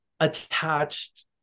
attached